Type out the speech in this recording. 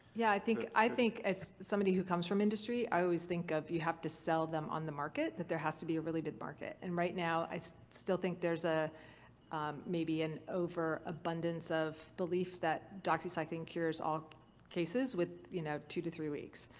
yeah, i think. i think as somebody who comes from industry, i always think of, you have to sell them on the market, that there has to be a really big market and right now i still think there's ah maybe an overabundance of belief that doxycycline cures all cases with you know two to three weeks.